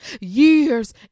Years